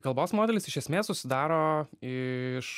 kalbos modelis iš esmės susidaro iš